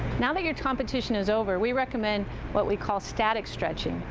now that your competition is over we recommend what we call static stretching,